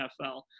NFL